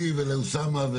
לי ולאוסאמה,